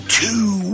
two